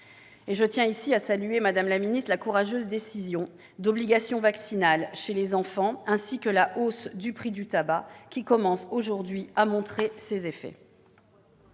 je tiens à saluer la courageuse décision d'obligation vaccinale chez les enfants, ainsi que la hausse du prix du tabac, qui commence à montrer ses effets.